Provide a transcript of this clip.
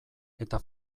eta